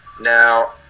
Now